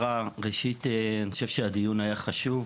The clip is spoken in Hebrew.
אני חושב שהדיון היה חשוב.